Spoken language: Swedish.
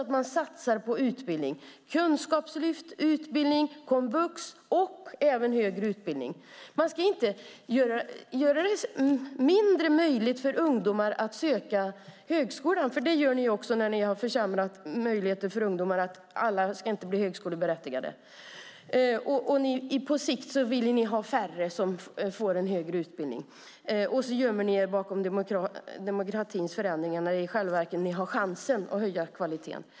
Det ska vara kunskapslyft, utbildning, komvux och även högre utbildning. Man ska inte försämra möjligheterna för ungdomar att söka till högskolan. Det är ju något ni har gjort i och med att ni har försämrat möjligheterna för ungdomar att få högskolebehörighet. På sikt vill ni att färre ska få högre utbildning. Sedan gömmer ni er bakom demografiska förändringar när ni i själva verket har chansen att höja kvaliteten.